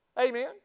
Amen